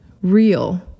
real